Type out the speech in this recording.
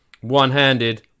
one-handed